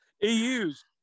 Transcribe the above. EU's